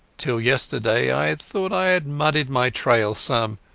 till yesterday i thought i had muddied my trail some,